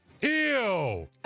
Ew